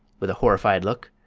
with a horrified look.